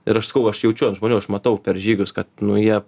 ir aš sakau aš jaučiu ant žmonių aš matau per žygius kad nu jie